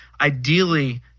Ideally